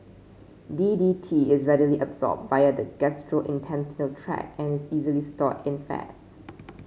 D D T is readily absorbed via the gastrointestinal tract and is easily stored in fats